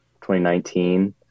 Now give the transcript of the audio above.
2019